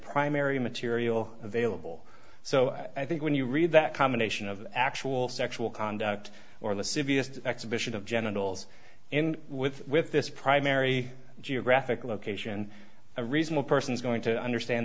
primary material available so i think when you read that combination of actual sexual conduct or lascivious exhibition of genitals and with with this primary geographic location a reasonable person is going to understand